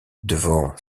devant